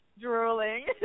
drooling